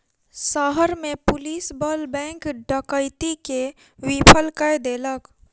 शहर में पुलिस बल बैंक डकैती के विफल कय देलक